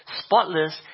spotless